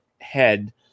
head